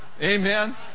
Amen